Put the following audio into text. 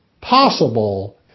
possible